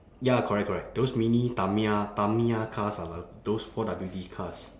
ya correct correct those mini tamiya tamiya cars are like those four W_D cars